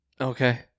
Okay